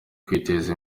kwiteza